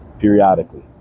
periodically